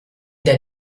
der